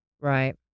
Right